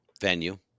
venue